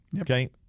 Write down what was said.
Okay